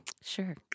Sure